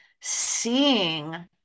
seeing